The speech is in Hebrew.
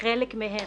חלק מהן,